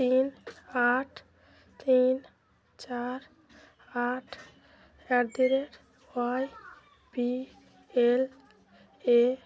তিন আট তিন চার আট at the rate Y B L A